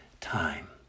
time